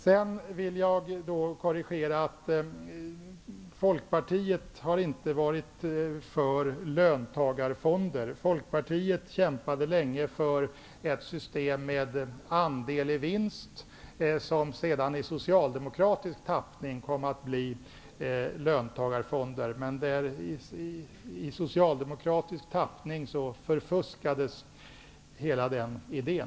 Jag vill göra en korrigering. Folkpartiet har inte varit för löntagarfonder. Folkpartiet kämpade länge för ett system med andel i vinst, som sedan i socialdemokratisk tappning kom att bli löntagarfonder. I socialdemokratisk tappning förfuskades hela den folkpartistiska idén.